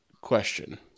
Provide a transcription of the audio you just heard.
question